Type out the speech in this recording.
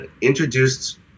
introduced